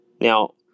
Now